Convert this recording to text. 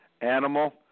Animal